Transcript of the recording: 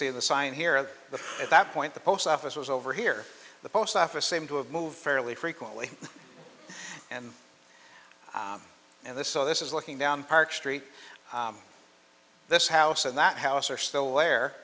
see the sign here that at that point the post office was over here the post office seemed to have moved fairly frequently and and this so this is looking down park street this house and that house are still where